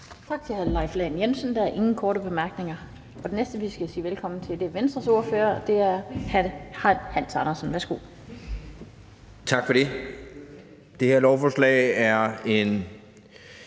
Tak til hr. Leif Lahn Jensen. Der er ingen korte bemærkninger. Den næste, vi skal sige velkommen til, er Venstres ordfører, og det er hr. Hans Andersen. Værsgo. Kl. 16:39 (Ordfører) Hans Andersen